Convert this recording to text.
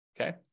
okay